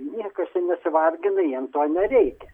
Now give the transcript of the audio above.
niekas čia nesivargina jiem to nereikia